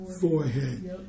Forehead